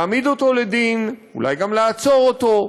להעמיד אותו לדין, אולי גם לעצור אותו,